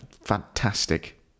fantastic